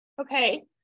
Okay